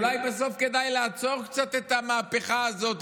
אולי בסוף כדאי לעצור קצת את המהפכה הזאת,